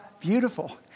beautiful